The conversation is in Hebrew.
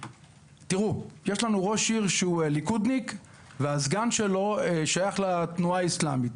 יש לנו ראש העיר שהוא ליכודניק והסגן שלו שייך לתנועה האסלאמית,